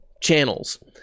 channels